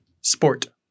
Sport